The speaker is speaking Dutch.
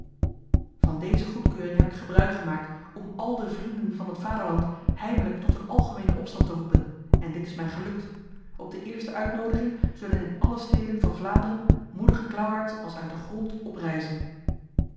van deze goedkeuring heb ik gebruik gemaakt om al de vrienden van het vaderland heimelijk tot een algemene opstand te roepen en dit is mij gelukt op de eerste uitnodiging zullen in alle steden van vlaanderen moedige klauwaards als uit de grond oprijzen